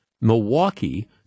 Milwaukee